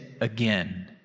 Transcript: again